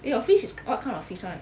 eh your fish is what kind of fish [one]